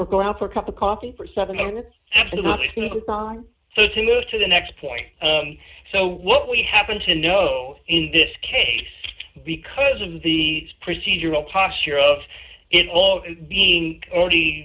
or go out for a cup of coffee for seven minutes after the song so to move to the next point so what we happen to know in this case because of the procedural posture of it all being already